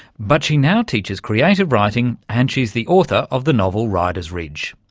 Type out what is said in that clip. but she now teaches creative writing and she's the author of the novel ryders ridge.